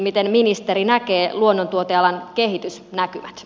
miten ministeri näkee luonnontuotealan kehitysnäkymät